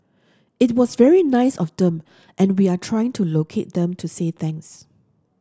it was very nice of them and we are trying to locate them to say thanks